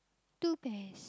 two bears